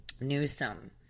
Newsom